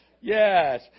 Yes